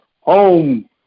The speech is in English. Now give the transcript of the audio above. home